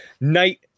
night